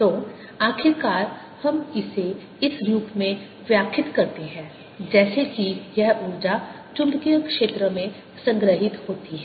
तो आखिरकार हम इसे इस रूप में व्याख्यित करते हैं जैसे कि यह ऊर्जा चुंबकीय क्षेत्र में संग्रहीत होती है